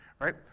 right